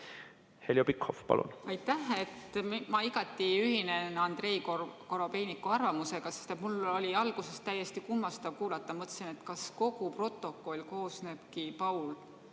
Heljo Pikhof, palun! Aitäh! Ma igati ühinen Andrei Korobeiniku arvamusega. Mul oli alguses seda täiesti kummastav kuulata. Ma mõtlesin, et kas kogu protokoll koosnebki, Paul,